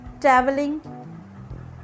traveling